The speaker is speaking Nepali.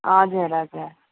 हजुर हजुर